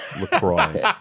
Lacroix